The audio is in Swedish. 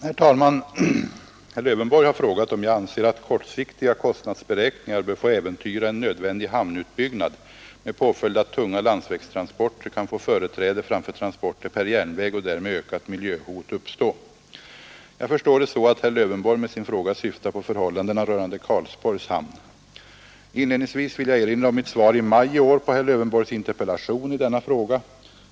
Herr talman! Herr Lövenborg har frågat om jag anser att kortsiktiga kostnadsberäkningar bör få äventyra en nödvändig hamnutbyggnad med påföljd att tunga landsvägstransporter kan få företräde framför transporter per järnväg och därmed ökat miljöhot uppstå Jag förstår det så att herr Lövenborg med sin fråga syftar på förhållandena rörande Karlsborgs hamn. Inledningsvis vill jag erinra om mitt svar i maj i år på herr Lövenborgs interpellation i denna fråga.